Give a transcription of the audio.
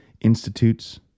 institutes